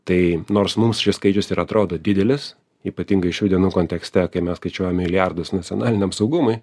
tai nors mums šis skaičius ir atrodo didelis ypatingai šių dienų kontekste kai mes skaičiuojame milijardus nacionaliniam saugumui